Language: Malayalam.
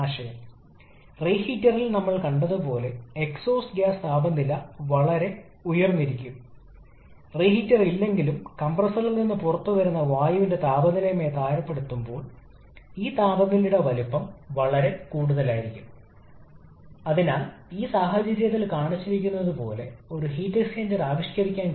അതിനാൽ അല്ലെങ്കിൽ ചിലപ്പോൾ യൂണിറ്റ് കിലോയ്ക്ക് കിലോ ജൂൾ ആകാം അല്ലെങ്കിൽ അത് പോലെ തന്നെ കിലോ വാട്ടിനെ സെക്കൻഡിൽ കിലോഗ്രാം കൊണ്ട് ഹരിക്കുന്നു ഇത് പിണ്ഡത്തിന്റെ ഒഴുക്ക് നിരക്ക്